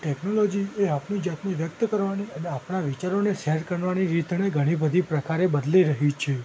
technology એ આપણી જાતને વ્યક્ત કરવાની અને આપણા વિચારોને શૅર કરવાની રીતને ઘણી બધી પ્રકારે બદલી રહી છે